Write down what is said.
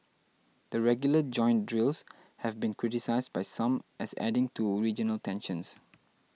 the regular joint drills have been criticised by some as adding to regional tensions